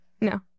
no